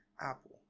Apple